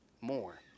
more